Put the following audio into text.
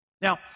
Now